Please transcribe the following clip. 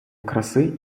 краси